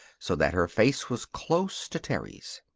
so that her face was close to terry's.